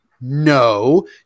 No